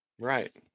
Right